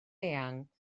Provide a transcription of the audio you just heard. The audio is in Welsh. eang